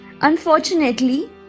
Unfortunately